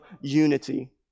unity